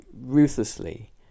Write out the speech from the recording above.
ruthlessly